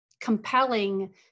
compelling